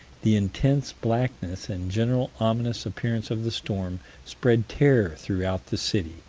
the intense blackness and general ominous appearance of the storm spread terror throughout the city.